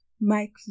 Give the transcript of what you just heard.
Mike